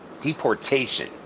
deportation